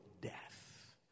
death